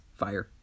fire